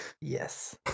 yes